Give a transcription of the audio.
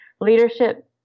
leadership